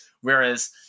Whereas